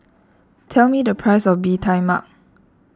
tell me the price of Bee Tai Mak